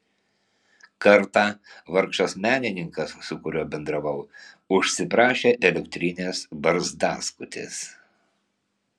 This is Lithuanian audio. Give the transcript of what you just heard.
kartą vargšas menininkas su kuriuo bendravau užsiprašė elektrinės barzdaskutės